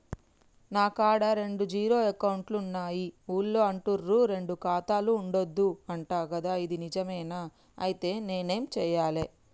నా కాడా రెండు జీరో అకౌంట్లున్నాయి ఊళ్ళో అంటుర్రు రెండు ఖాతాలు ఉండద్దు అంట గదా ఇది నిజమేనా? ఐతే నేనేం చేయాలే?